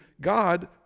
God